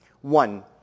One